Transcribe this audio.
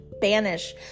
banish